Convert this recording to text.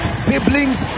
siblings